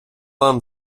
вам